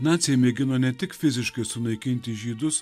naciai mėgino ne tik fiziškai sunaikinti žydus